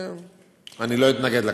ואני לא אתנגד לכך.